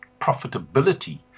profitability